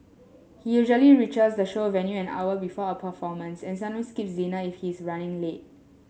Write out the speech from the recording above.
he usually reaches the show venue an hour before a performance and sometimes skips dinner if he is running late